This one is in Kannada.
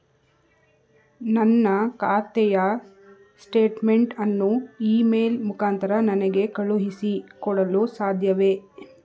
ನನ್ನ ಖಾತೆಯ ಸ್ಟೇಟ್ಮೆಂಟ್ ಅನ್ನು ಇ ಮೇಲ್ ಮುಖಾಂತರ ನನಗೆ ಕಳುಹಿಸಿ ಕೊಡಲು ಸಾಧ್ಯವೇ?